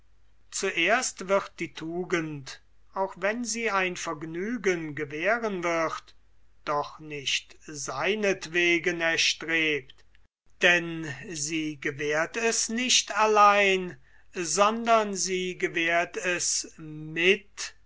zuerst wird die tugend auch wenn sie ein vergnügen gewähren wird doch nicht seinetwegen erstrebt denn sie gewährt es nicht sondern sie gewährt es mit